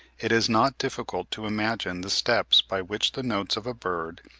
it is not difficult to imagine the steps by which the notes of a bird,